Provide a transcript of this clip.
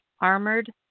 armored